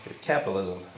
capitalism